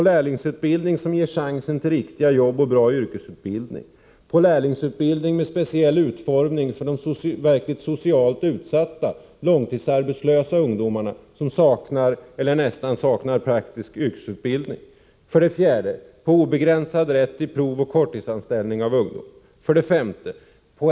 Lärlingsutbildning som ger chanser till riktiga jobb och bra yrkesutbildning, med specialutformning för de socialt utsatta, långtidsarbetslösa ungdomarna, som helt eller nästan helt saknar praktisk yrkesutbildning. 5.